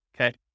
okay